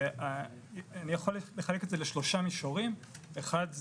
אני יכול לחלק את זה לשלושה מישורים: האחד,